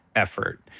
effort.